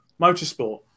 motorsport